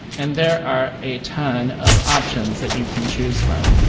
and there are a ton of options that you can choose from.